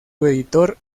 nelson